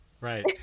right